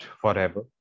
forever